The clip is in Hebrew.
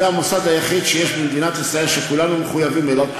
זה המוסד היחיד שיש במדינת ישראל שכולנו מחויבים לו.